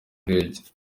ndege